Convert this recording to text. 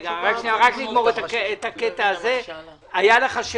כי הממונה על שוק ההון והגורמים המקצועיים חשבו שזה נושא חיוני